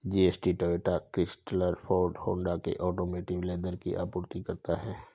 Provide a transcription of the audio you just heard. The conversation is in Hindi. जी.एस.टी टोयोटा, क्रिसलर, फोर्ड और होंडा के ऑटोमोटिव लेदर की आपूर्ति करता है